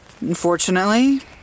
Unfortunately